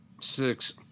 Six